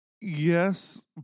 Yes